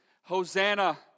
Hosanna